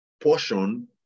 portion